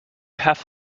have